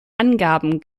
angaben